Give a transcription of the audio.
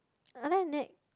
other than that